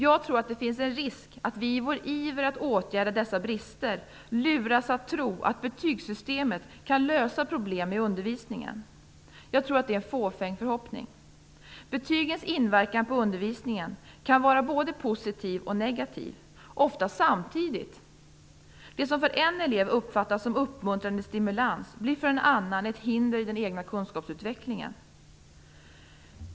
Jag tror att det finns en risk att vi i vår iver att åtgärda dessa brister luras att tro att betygssystemet kan lösa problem med undervisningen. Jag tror att det är en fåfäng förhoppning. Betygens inverkan på undervisningen kan vara både positiv och negativ - ofta samtidigt. Det som en elev uppfattar som en uppmuntrande stimulans blir för en annan ett hinder i den egna kunskapsutvecklingen.